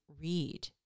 read